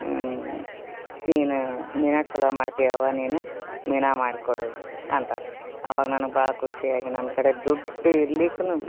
ನೀನು ಮೀನು ಚಲೋ ಮಾಡ್ತಿಯವ್ವ ನೀನು ಮೀನು ಮಾಡ್ಕೊಡು ಅಂತಾರೆ ಅವಾಗ ನನಗೆ ಭಾಳ ಖುಷಿಯಾಗಿ ನನ್ನ ಕಡೆ ದುಡ್ಡು ಇರಲಿಕ್ಕೂನು